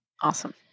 Awesome